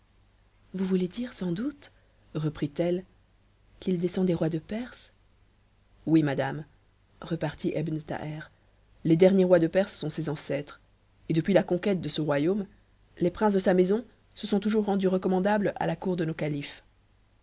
vous voulez dire sans doute reprit-elle qu'il descend des rois de perse oui madame repartit ebn thaher les derniers rois de perse sont ses ancêtres et depuis la conquête de ce royaume les princes de sa maison se sont toujours rendus recommandables à la cour de nos califes